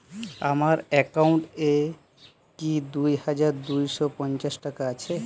আমার অ্যাকাউন্ট এ কি দুই হাজার দুই শ পঞ্চাশ টাকা আছে?